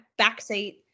backseat